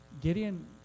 Gideon